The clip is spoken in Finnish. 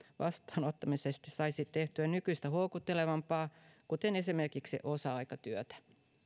vastaanottamisesta saisi tehtyä nykyistä houkuttelevampaa kuten esimerkiksi osa aikatyötä